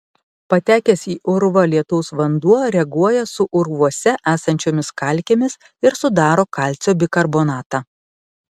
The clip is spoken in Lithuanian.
patekęs į urvą lietaus vanduo reaguoja su urvuose esančiomis kalkėmis ir sudaro kalcio bikarbonatą